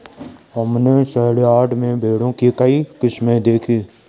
हमने सेलयार्ड में भेड़ों की कई किस्में देखीं